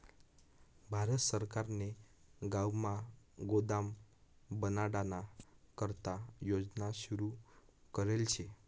भारत सरकारने गावमा गोदाम बनाडाना करता योजना सुरू करेल शे